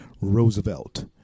Roosevelt